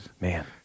Man